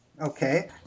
Okay